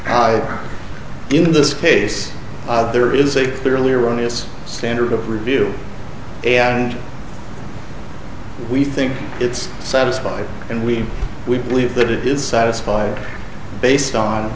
odd in this case there is a fairly erroneous standard of review and we think it's satisfied and we we believe that it is satisfied based on